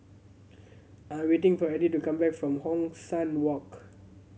I am waiting for Edie to come back from Hong San Walk